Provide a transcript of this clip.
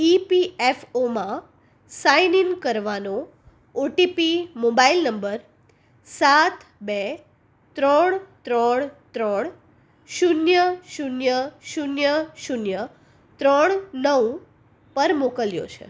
ઇપીએફઓમાં sign in કરવાનો OTP mobile number સાત બે ત્રણ ત્રણ ત્રણ શૂન્ય શૂન્ય શૂન્ય શૂન્ય ત્રણ નવ પર મોકલ્યો છે